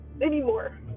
anymore